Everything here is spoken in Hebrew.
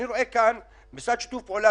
אני רואה כאן: המשרד לשיתוף פעולה,